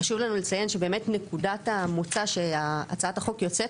חשוב לנו לציין שבאמת נקודת המוצא שהצעת החוק יוצאת